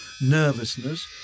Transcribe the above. nervousness